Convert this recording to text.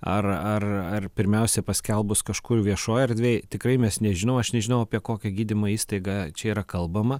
ar ar ar pirmiausia paskelbus kažkur viešoj erdvėj tikrai mes nežinau aš nežinau apie kokią gydymo įstaigą čia yra kalbama